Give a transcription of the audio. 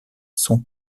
son